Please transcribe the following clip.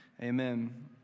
Amen